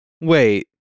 Wait